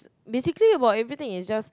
basically about everything is just